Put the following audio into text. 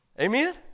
Amen